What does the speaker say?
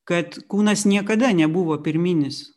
kad kūnas niekada nebuvo pirminis